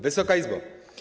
Wysoka Izbo!